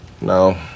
no